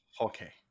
okay